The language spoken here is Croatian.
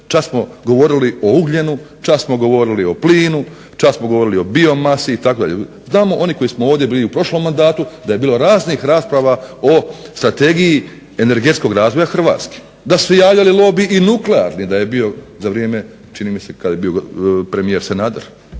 Čas smo govorili o ugljenu čas smo govorili o plinu, čak smo govorili o biomasi itd. znamo oni koji smo bili u prošlom mandatu da je bilo raznih rasprava o Strategije energetskog razvoja Hrvatske, da su se javljali lobi i nuklearne da je bio za vrijeme čini mi se kada je bio premijer Sanader